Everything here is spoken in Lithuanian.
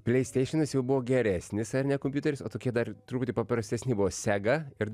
pleisteišinas jau buvo geresnis ar ne kompiuteris o tokie dar truputį paprastesni buvo sega ir